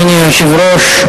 אדוני היושב-ראש,